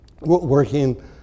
working